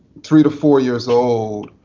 three to four years old,